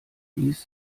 ließ